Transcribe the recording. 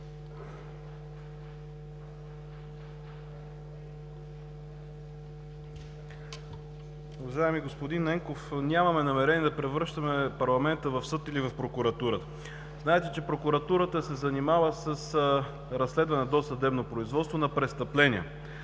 Уважаеми господин Ненков, нямаме намерение да превръщаме парламента в съд или в прокуратура. Знаете, че прокуратурата се занимава с разследване на досъдебни и производствени престъпления.